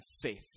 faith